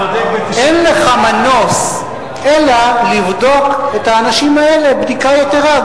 אין לך מנוס אלא לבדוק את האנשים האלה בדיקה יתירה,